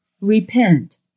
Repent